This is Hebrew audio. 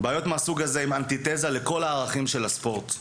בעיות מהסוג הזה הם אנטי תזה של כל ערכי הספורט בכלל.